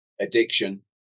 addiction